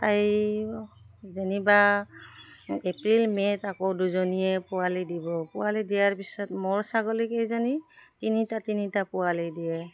তাই যেনিবা এপ্ৰিল মে'ত আকৌ দুজনীয়ে পোৱালি দিব পোৱালি দিয়াৰ পিছত মোৰ ছাগলীকেইজনী তিনিটা তিনিটা পোৱালি দিয়ে